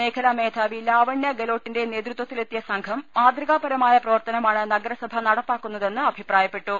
മേഖലാ മേധാവി ലാവണ്യ ഗലോട്ടിന്റെ നേതൃത്വത്തിലെത്തിയ സംഘം മാതൃകാപരമായ പ്രവർത്തനമാണ് നഗരസഭ നടപ്പാക്കുന്നതെന്ന് അഭിപ്രായപ്പെ ട്ടു